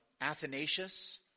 Athanasius